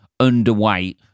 underweight